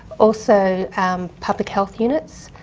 also um public health units,